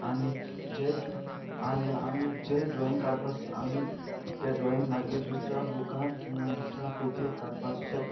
आनी जे आनी आमी जे ड्रॉईंग काडपा आमी त्या ड्रॉईंग मागीर दुसऱ्या बुकार किंवा दुसऱ्या पेजीर काडपाक शकता